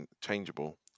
changeable